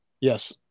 Yes